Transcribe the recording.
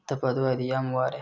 ꯐꯠꯇꯕ ꯑꯗꯨꯋꯥꯏꯗꯤ ꯌꯥꯝ ꯋꯥꯔꯦ